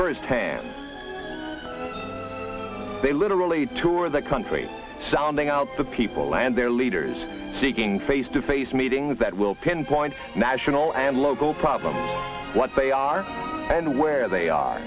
first hand they literally tour the country sounding out the people and their leaders speaking face to face meetings that will pinpoint national and local problems what they are and where they are